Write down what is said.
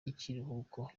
y’ikiruhuko